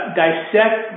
dissect